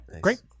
Great